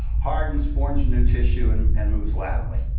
hardens, forms new tissue and and moves laterally.